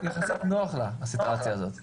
יחסית נוח לה הסיטואציה הזאת,